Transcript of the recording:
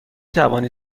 توانید